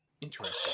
Interesting